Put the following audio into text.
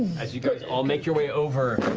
as you guys all make your way over